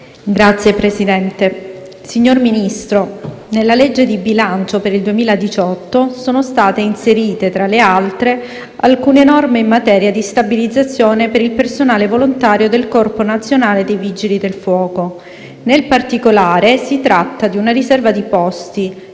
*(M5S)*. Signor Ministro, nella legge di bilancio per il 2018 sono state inserite, tra le altre, alcune norme in materia di stabilizzazione per il personale volontario del Corpo nazionale dei vigili del fuoco. Nel particolare, si tratta di una riserva di posti,